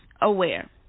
aware